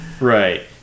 Right